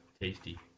tasty